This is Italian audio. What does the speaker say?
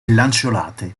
lanceolate